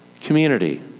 community